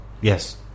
Yes